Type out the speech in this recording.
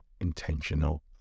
intentional